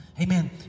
Amen